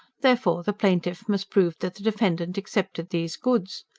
therefore, the plaintiff must prove that the defendant accepted these goods.